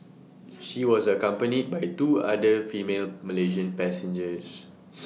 she was accompanied by two other female Malaysian passengers